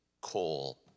coal